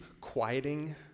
quieting